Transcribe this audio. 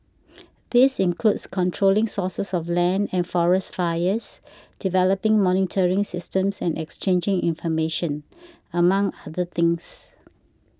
this includes controlling sources of land and forest fires developing monitoring systems and exchanging information among other things